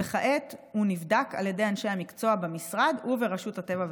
וכעת הוא נבדק על ידי אנשי המקצוע במשרד וברשות הטבע והגנים.